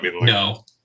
No